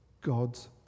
God's